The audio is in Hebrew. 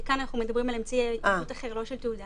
וכאן אנחנו מדברים על אמצעי הזדהות אחר שהוא לא תעודה.